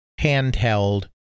handheld